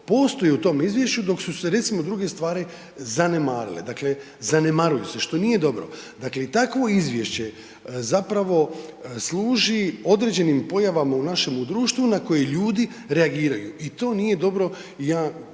postoje u tom izvješću dok su se recimo, druge stvari, zanemarile. Dakle zanemaruju se, što nije dobro. Dakle i takvo izvješće zapravo služi određenim pojavama u našemu društvu na koje ljudi reagiraju i to nije dobro i ja